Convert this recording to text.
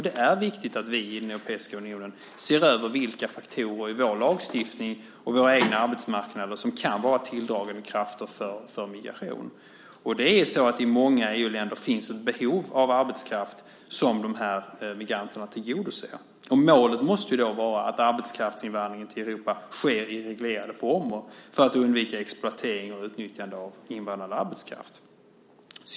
Det är viktigt att vi i den europeiska unionen ser över vilka faktorer i vår lagstiftning och våra egna arbetsmarknader som kan vara tilldragande krafter för migration. I många EU-länder finns ett behov av arbetskraft som dessa migranter tillgodoser. Målet måste då vara att arbetskraftsinvandringen till Europa sker i reglerade former för att undvika exploatering och utnyttjande av invandrad arbetskraft.